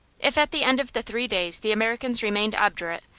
if at the end of the three days the americans remained obdurate,